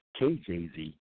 KJZ